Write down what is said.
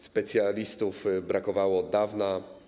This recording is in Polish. Specjalistów brakowało od dawna.